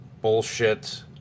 bullshit